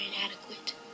inadequate